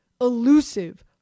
elusive